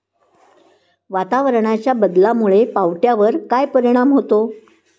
वातावरणाच्या बदलामुळे पावट्यावर काय परिणाम होतो?